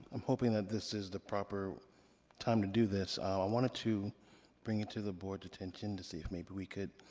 i'm hoping that this is the proper time to do this. i wanted to bring it to the board's attention to see if maybe we could,